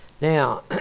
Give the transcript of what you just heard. Now